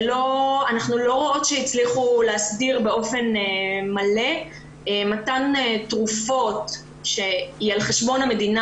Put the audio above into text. אנחנו לא רואות שהצליחו להסדיר באופן מלא מתן תרופות על חשבון המדינה